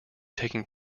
taking